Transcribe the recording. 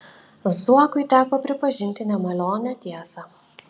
zuokui teko pripažinti nemalonią tiesą